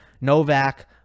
Novak